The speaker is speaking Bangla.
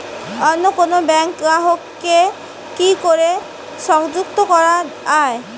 অন্য কোনো ব্যাংক গ্রাহক কে কি করে সংযুক্ত করা য়ায়?